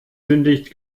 sündigt